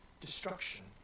destruction